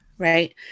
Right